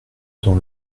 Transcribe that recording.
dans